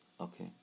okay